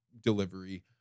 delivery